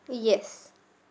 yes